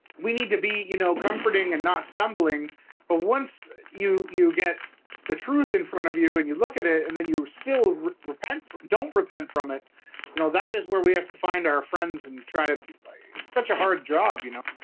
we need to be you know comforting and not stumbling but once you you get the truth in front of you and you look at it, and then you were still repent don't repent from it you know that is where we have to find our friends and try to be like such a hard job, you know